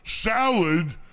salad